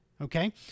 okay